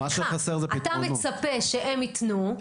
אתה מצפה שהם יתנו,